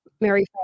Mary